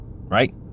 right